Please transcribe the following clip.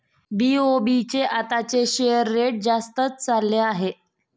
BOB चे आताचे share rate जास्तच चालले आहे